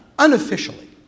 unofficially